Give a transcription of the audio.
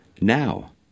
now